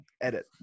edit